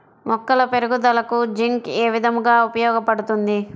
మొక్కల పెరుగుదలకు జింక్ ఏ విధముగా ఉపయోగపడుతుంది?